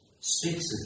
speaks